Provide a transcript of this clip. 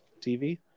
TV